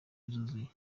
yuzuye